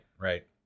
right